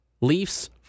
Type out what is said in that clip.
Leafs